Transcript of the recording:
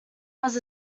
was